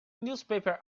newspaper